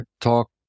talk